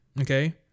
okay